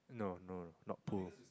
no no not pull